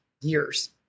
years